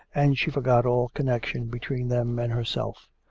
and she forgot all connection between them and herself.